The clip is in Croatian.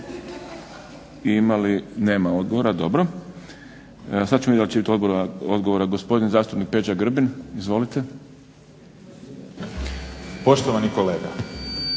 Poštovani kolega,